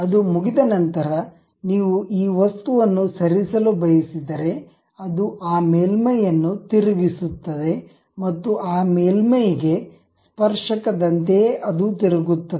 ಅದು ಮುಗಿದ ನಂತರ ನೀವು ಈ ವಸ್ತುವನ್ನು ಸರಿಸಲು ಬಯಸಿದರೆ ಅದು ಆ ಮೇಲ್ಮೈಯನ್ನು ತಿರುಗಿಸುತ್ತದೆ ಮತ್ತು ಆ ಮೇಲ್ಮೈಗೆ ಸ್ಪರ್ಶಕ ದಂತೆಯೇ ಅದು ತಿರುಗುತ್ತದೆ